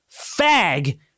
fag